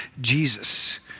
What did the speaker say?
Jesus